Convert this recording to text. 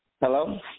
Hello